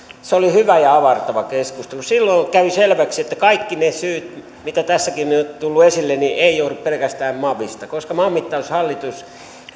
se oli hyvä ja avartava keskustelu silloin kävi selväksi että kaikki ne syyt mitä tässäkin nyt on tullut esille eivät johdu pelkästään mavista koska maanmittaushallitus